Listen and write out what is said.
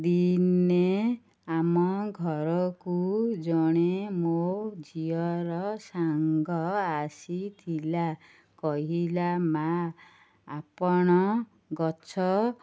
ଦିନେ ଆମ ଘରକୁ ଜଣେ ମୋ ଝିଅର ସାଙ୍ଗ ଆସିଥିଲା କହିଲା ମାଆ ଆପଣ ଗଛ